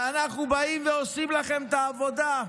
אנחנו באים ועושים לכם את העבודה.